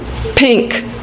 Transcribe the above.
Pink